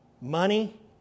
Money